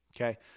okay